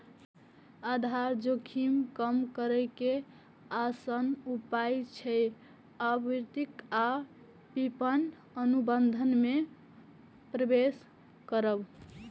आधार जोखिम कम करै के आसान उपाय छै आपूर्ति आ विपणन अनुबंध मे प्रवेश करब